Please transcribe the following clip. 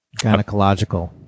gynecological